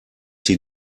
sie